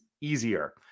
easier